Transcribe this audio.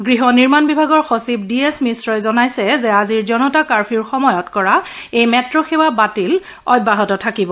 গৃহ নিৰ্মাণ বিভাগৰ সচিব ডি এছ মিশ্ৰই জনাইছে যে আজিৰ জনতা কাৰ্ফিউৰ সময়ত কৰা এই মেট্'সেৱা বাতিল অব্যাহত থাকিব